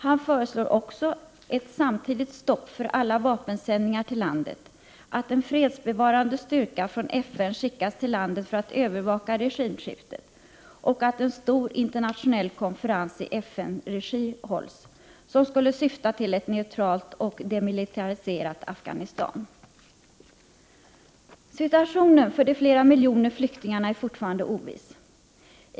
Han föreslår också ett samtidigt stopp för alla vapensändningar till landet, att en fredsbevarande styrka från FN skickas till landet för att övervaka regimskiftet och att en stor internationell konferens i FN:s regi hålls, som skulle syfta till att åstadkomma ett neutralt och demilitäriserat Afghanistan. Situationen för de miljontals flyktingarna är fortfarande oviss.